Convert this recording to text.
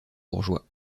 bourgeois